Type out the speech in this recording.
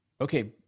Okay